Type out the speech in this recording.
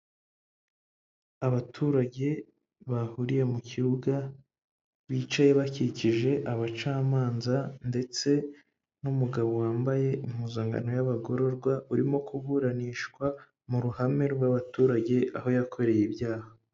Abaturage bahuriye mu kibuga bicaye bakikije abacamanza ndetse n'umugabo wambaye impuzankano y'abagororwa urimo kuburanishwa mu ruhame rw'abaturage aho yakoreye ibyaha.